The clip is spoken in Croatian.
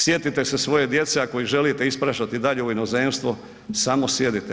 Sjetite se svoje djece ako ih želite ispraćati dalje u inozemstvo, samo sjedite.